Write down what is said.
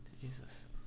Jesus